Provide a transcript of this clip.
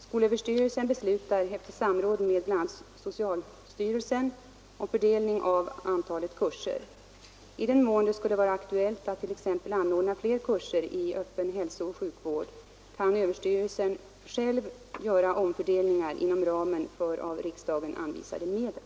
Skolöverstyrelsen beslutar, efter samråd med bl.a. socialstyrelsen, om fördelningen av antalet kurser. I den mån det skulle vara aktuellt att t.ex. anordna fler kurser i öppen hälsooch sjukvård kan överstyrelsen själv göra omfördelningar inom ramen för av riksdagen anvisade medel.